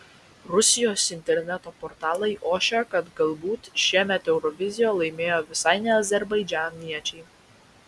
rusijos interneto portalai ošia kad galbūt šiemet euroviziją laimėjo visai ne azerbaidžaniečiai